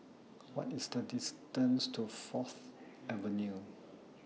What IS The distance to Fourth Avenue